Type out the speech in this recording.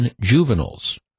juveniles